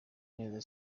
neza